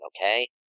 okay